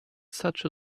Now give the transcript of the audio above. such